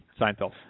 Seinfeld